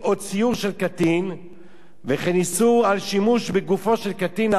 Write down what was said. וכן איסור שימוש בגופו של קטין לעשיית פרסום תועבה,